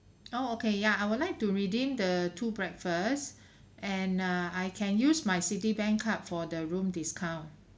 oh okay yeah I would like to redeem the two breakfast and uh I can use my citibank card for the room discount